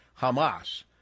hamas